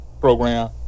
program